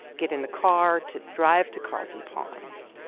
get in the car to drive to carlton palms